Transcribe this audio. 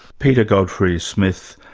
peter godfrey-smith,